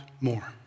more